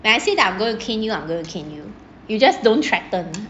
when I say that I'm gonna cane you I'm gonna cane you you just don't threaten